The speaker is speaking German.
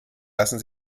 lassen